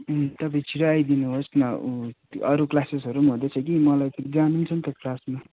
अँ तपाईँ छिटो आइदिनुहोस् न उ अरू क्लासेसहरू पनि हुँदैछ कि मलाई त जानु पनि छ नि त क्लासमा